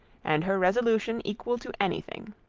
and her resolution equal to any thing.